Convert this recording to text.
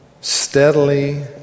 steadily